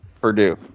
Purdue